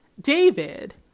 David